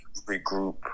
regroup